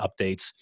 updates